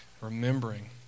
remembering